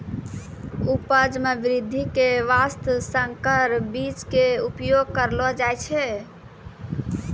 उपज मॅ वृद्धि के वास्तॅ संकर बीज के उपयोग करलो जाय छै